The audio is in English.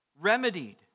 remedied